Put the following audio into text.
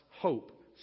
hope